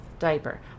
diaper